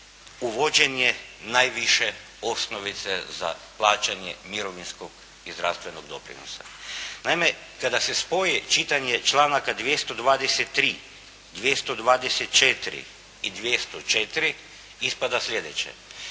uvođenje najviše osnovice za plaćanje mirovinskog i zdravstvenog doprinosa. Naime, kada se spoje čitanje članaka 223., 224. i 204. ispada sljedeće.